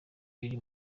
biri